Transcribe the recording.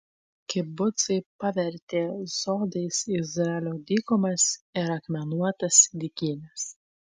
kibucai pavertė sodais izraelio dykumas ir akmenuotas dykynes